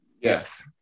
Yes